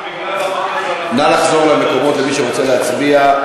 נא לחזור למקומות, מי שרוצה להצביע.